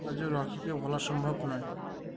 আজও রকিকে ভোলা সম্ভব নয়